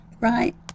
right